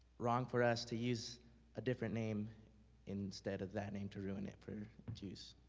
wrong for us to use a different name instead of that name to ruin it for jews?